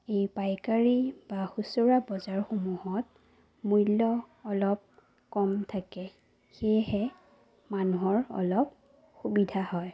এই পাইকাৰী বা খুচুৰা বজাৰসমূহত মূল্য অলপ কম থাকে সেয়েহে মানুহৰ অলপ সুবিধা হয়